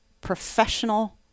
professional